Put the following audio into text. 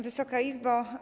Wysoka Izbo!